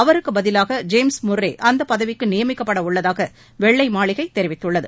அவருக்கு பதிலாக James Murray அந்த பதவிக்கு நியமிக்கப்பட உள்ளதாக வெள்ளை மாளிகை தெரிவித்துள்ளது